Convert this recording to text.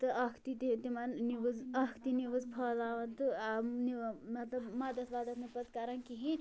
تہٕ ٲکھتی تہِ تِمَن نِوٕز ٲکھتی نِوٕز پھٔہلاوان تہٕ ٲں مطلب مدد ودتھ نہٕ پَتہٕ کَران کِہیٖنۍ